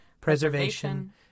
preservation